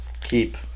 keep